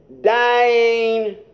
Dying